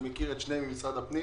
אני מכיר את שניהם ממשרד הפנים